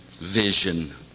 vision